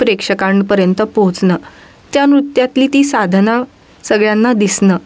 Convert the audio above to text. प्रेक्षकांपर्यंत पोहोचणं त्या नृत्यातली ती साधना सगळ्यांना दिसणं